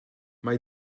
mae